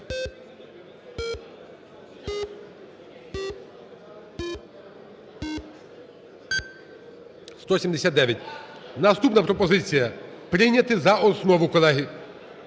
За-179 Наступна пропозиція – прийняти за основу, колеги.